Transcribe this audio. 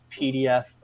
PDF